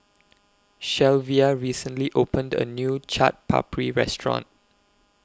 Shelvia recently opened A New Chaat Papri Restaurant